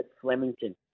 Flemington